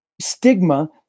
stigma